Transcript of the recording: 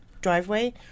driveway